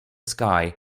sky